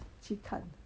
去看